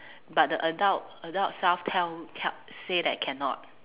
but the adult adult self tell tell say that I cannot